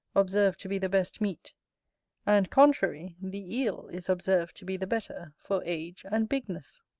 observed to be the best meat and, contrary, the eel is observed to be the better for age and bigness.